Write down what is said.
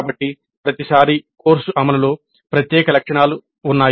కాబట్టి ప్రతిసారీ కోర్సు అమలులో ప్రత్యేక లక్షణాలు ఉన్నాయి